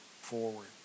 forward